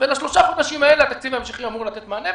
ולשלושת החודשים האלה התקציב ההמשכי אמור לתת מענה.